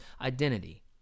identity